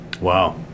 Wow